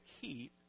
keep